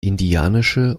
indianische